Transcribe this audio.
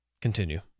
Continue